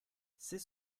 c’est